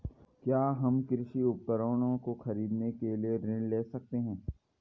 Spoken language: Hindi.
क्या हम कृषि उपकरणों को खरीदने के लिए ऋण ले सकते हैं?